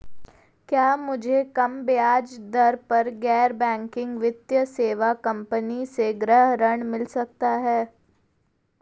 क्या मुझे कम ब्याज दर पर गैर बैंकिंग वित्तीय सेवा कंपनी से गृह ऋण मिल सकता है?